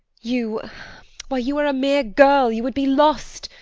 you why, you are a mere girl, you would be lost.